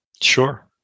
Sure